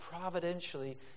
providentially